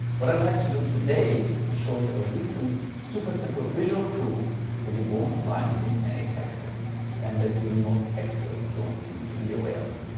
what i'd like to do today is to show you a recent super simple visual proof that you won't find in any textbook and that even most experts don't seem to be aware of.